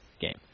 game